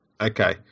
Okay